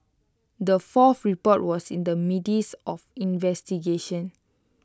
the fourth report was in the midst of investigations